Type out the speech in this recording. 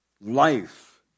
life